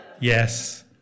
yes